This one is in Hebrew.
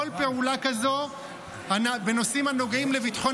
כל פעולה כזאת בנושאים הנוגעים לביטחון